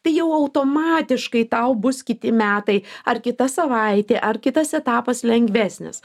tai jau automatiškai tau bus kiti metai ar kita savaitė ar kitas etapas lengvesnis